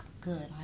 good